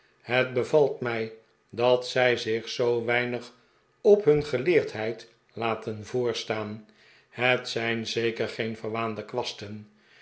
het bevalt mij dat zij zich zoo weinig op hun geleerdheid laten voorstaan het zijn zeker geen verwaande kwasten